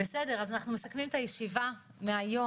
בסדר אז אנחנו מסכמים את הישיבה מהיום,